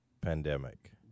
pandemic